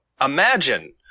imagine